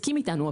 הסכים איתנו,